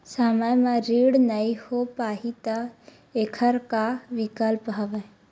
समय म ऋण नइ हो पाहि त एखर का विकल्प हवय?